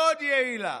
מאוד יעילה.